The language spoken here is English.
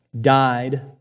died